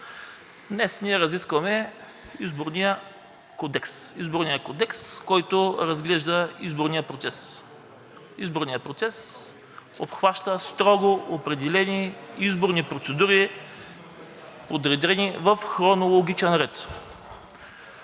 Днес ние разискваме Изборния кодекс, който разглежда изборния процес. Изборният процес обхваща строго определени изборни процедури, подредени в хронологичен ред.